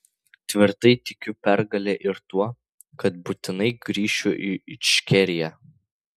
tvirtai tikiu pergale ir tuo kad būtinai grįšiu į ičkeriją